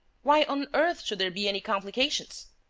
why on earth should there be any complications?